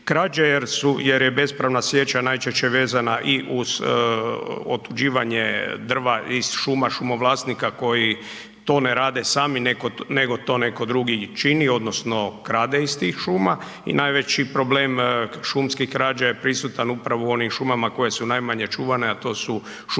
krađe jer je bespravna sječa najčešće vezana i uz otuđivanje drva iz šuma, šumovlasnika koji to ne rade sami nego to netko drugi čini, odnosno krade iz tih šuma i najveći problem šumskih krađa je prisutan upravo u onim šumama koje su najmanje čuvane a to su šume